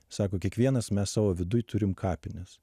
sako kiekvienas mes savo viduj turim kapines